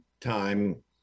time